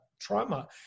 trauma